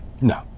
No